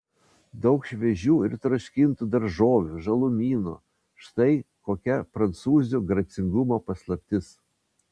daug šviežių ir troškintų daržovių žalumynų štai kokia prancūzių gracingumo paslaptis